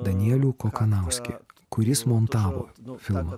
danielių kokanauskį kuris montavo filmą